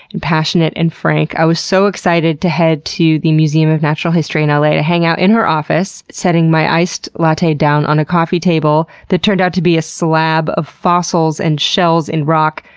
and passionate, and frank. i was so excited to head to the museum of natural history in l a. to hang out in her office, setting my iced latte down on a coffee table that turned out to be a slab of fossils and shells in rock,